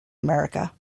america